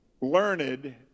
learned